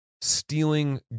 stealing